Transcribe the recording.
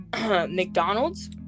McDonald's